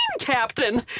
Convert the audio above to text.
captain